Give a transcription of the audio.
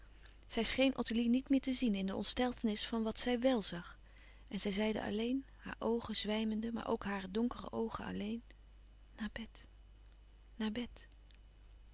zij scheen ottilie niet meer te zien in de ontsteltenis van wat zij wèl zag louis couperus van oude menschen de dingen die voorbij gaan en zij zeide alleen haar oogen zwijmende maar ook hare donkere oogen alleen naar bed naar bed